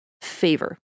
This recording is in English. favor